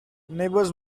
neighbors